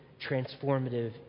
transformative